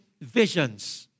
visions